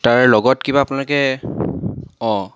তাৰ লগত কিবা আপোনালোকে অ'